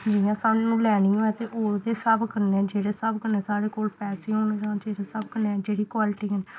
जियां सानूं लैनी होऐ ते ओह्दे स्हाब कन्नै जेह्ड़े स्हाब कन्नै साढ़े कोल पैसे होन जां जेह्ड़े स्हाब कन्नै जेह्ड़ी क्वालिटी